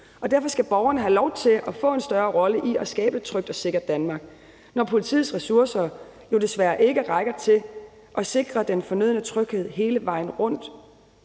Derfor skal borgerne have lov til at få en større rolle i at skabe et trygt og sikkert Danmark, når politiets ressourcer desværre ikke rækker til at sikre den fornødne tryghed hele vejen rundt,